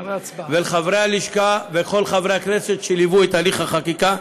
לחברי הלשכה ולכל חברי הכנסת שליוו את תהליך החקיקה.